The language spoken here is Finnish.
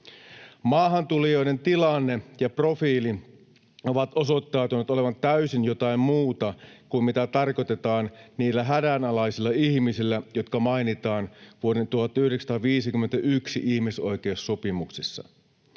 Maahantulijoiden tilanne ja profiili ovat osoittautuneet olevan täysin jotain muuta kuin mitä tarkoitetaan niillä hädänalaisilla ihmisillä, jotka mainitaan vuoden 1951 ihmisoikeussopimuksissa.